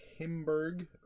Himberg